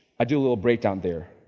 i do a little breakdown there.